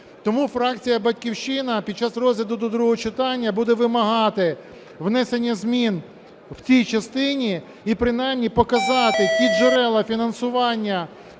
Тому фракція "Батьківщина" під час розгляду до другого читання буде вимагати внесення змін в цій частині і принаймні показати ті джерела фінансування